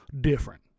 different